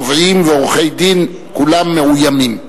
תובעים ועורכי-דין מאוימים.